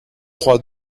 trois